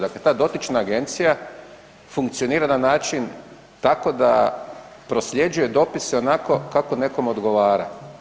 Dakle ta dotična agencija funkcionira na način tako da prosljeđuje dopise onako kako nekom odgovara.